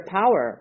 power